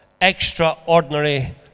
extraordinary